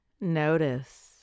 notice